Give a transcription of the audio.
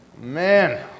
Man